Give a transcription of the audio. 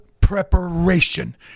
preparation